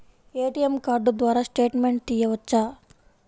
ATM card ద్వారా statement తీయవచ్చా?